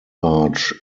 arch